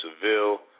Seville